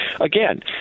Again